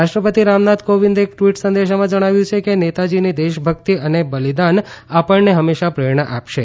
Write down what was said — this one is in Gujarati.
રાષ્ટ્રપતિ રામનાથ કોવિંદે એક ટવીટ સંદેશામાં જણાવ્યું કે નેતાજી ની દેશભકિત અને બલિદાન આપણને હંમેશા પ્રેરણા આપશે